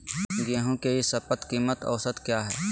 गेंहू के ई शपथ कीमत औसत क्या है?